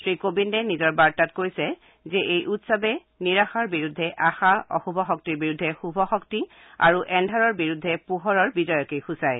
শ্ৰীকোবিন্দে নিজৰ বাৰ্তাত কৈছে যে এই উৎসৱে নিৰাশাৰ বিৰুদ্ধে আশা অশুভ শক্তিৰ বিৰুদ্ধে শুভ শক্তি আৰু এন্ধাৰৰ বিৰুদ্ধে পোহৰৰ বিজয়কে সূচায়